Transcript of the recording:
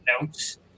notes